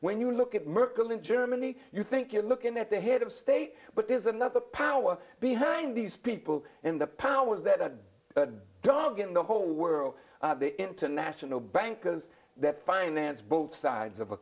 when you look at merkel in germany you think you're looking at the head of state but there's another power behind these people and the powers that be doggin the whole world the international bankers that finance both sides of a